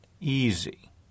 easy